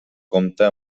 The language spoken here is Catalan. compta